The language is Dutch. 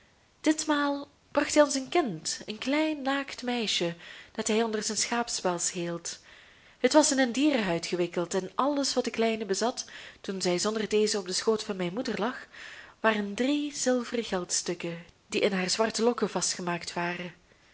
ditmaal bracht hij ons een kind een klein naakt meisje dat hij onder zijn schaapspels hield het was in een dierenhuid gewikkeld en alles wat de kleine bezat toen zij zonder deze op den schoot van mijn moeder lag waren drie zilveren geldstukken die in haar zwarte lokken vastgemaakt waren